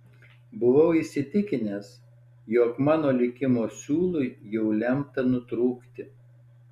buvau įsitikinęs jog mano likimo siūlui jau lemta nutrūkti